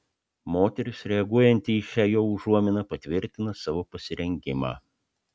moteris reaguojanti į šią jo užuominą patvirtina savo pasirengimą